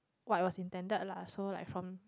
what it was intended lah so like from